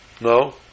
no